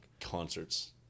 concerts